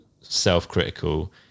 self-critical